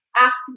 ask